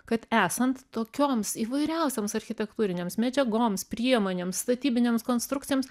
kad esant tokioms įvairiausioms architektūrinėms medžiagoms priemonėms statybinėms konstrukcijoms